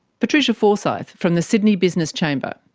patricia forsythe, from the sydney business chamber.